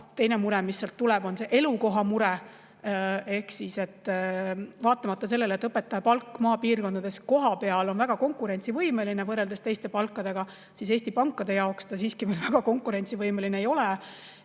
üks mure, mis sealt tuleneb, on elukohamure. Vaatamata sellele, et õpetaja palk maapiirkonnas kohapeal on väga konkurentsivõimeline võrreldes teiste palkadega, siis Eesti pankade jaoks ta siiski väga konkurentsivõimeline ei ole